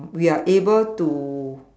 we are able to